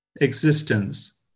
Existence